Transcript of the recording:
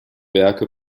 werke